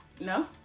No